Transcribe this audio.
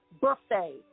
birthday